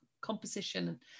composition